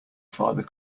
father